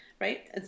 right